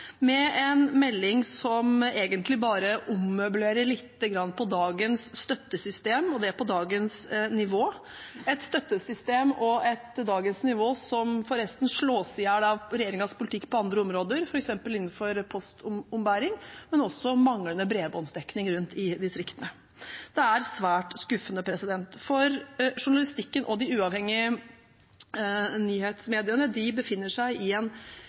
med en melding som egentlig bare ommøblerer litt på dagens støttesystem, og det på dagens nivå – et støttesystem og et dagens nivå som forresten slås i hjel av regjeringens politikk på andre områder, f.eks. innenfor postombæring, men også manglende bredbåndsdekning rundt i distriktene. Det er svært skuffende, for journalistikken og de uavhengige nyhetsmediene befinner seg i